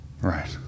Right